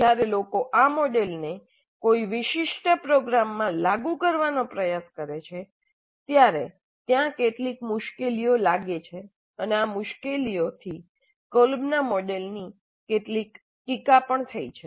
જ્યારે લોકો આ મોડેલને કોઈ વિશિષ્ટ પ્રોગ્રામમાં લાગુ કરવાનો પ્રયાસ કરે છે ત્યારે ત્યાં કેટલીક મુશ્કેલીઓ લાગે છે અને આ મુશ્કેલીઓથી કોલ્બના મોડેલની પણ કેટલીક ટીકા થઈ છે